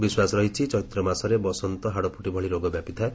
ବିଶ୍ୱାସରହିଛି ଚୈତ୍ର ମାସରେ ବସନ୍ତ ହାଡ଼ପୁଟି ଭଳି ରୋଗ ବ୍ୟାପିଥାଏ